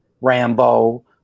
rambo